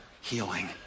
healing